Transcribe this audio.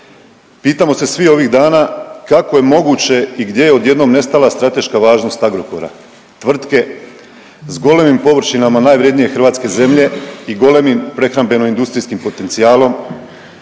Pitamo se svi ovih dana kako je moguće i gdje je odjednom nestala strateška važnost Agrokora, tvrtke s golemim površinama najvrjednije hrvatske zemlje i golemim prehrambeno industrijskim potencijalom